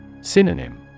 Synonym